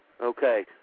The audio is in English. Okay